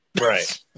Right